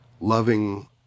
loving